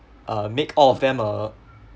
uh make all of them a